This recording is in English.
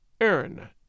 Aaron